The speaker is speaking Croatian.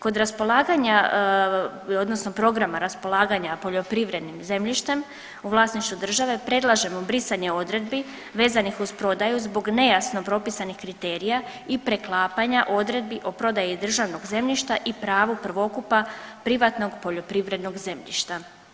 Kod raspolaganja odnosno programa raspolaganja poljoprivrednim zemljištem u vlasništvu države predlažemo brisanje odredbi vezanih uz prodaju zbog nejasno propisanih kriterija i preklapanja odredbi o prodaji državnog zemljišta i pravo prvokupa privatnog poljoprivrednog zemljišta.